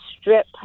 strip